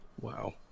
Wow